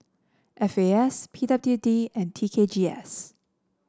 F A S P W D and T K G S